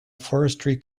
forestry